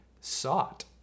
sought